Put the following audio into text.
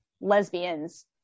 lesbians